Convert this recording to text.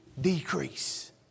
decrease